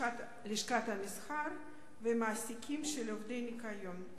לשכת המסחר למעסיקים של עובדי ניקיון.